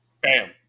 Bam